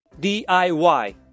DIY